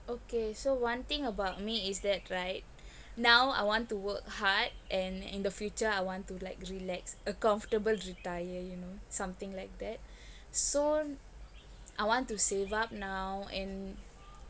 okay so one thing about me is that right now I want to work hard and in the future I want to like relax a comfortable retire you know something like that so I want to save up now and